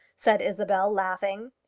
said isabel, laughing.